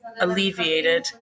alleviated